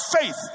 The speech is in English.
faith